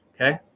Okay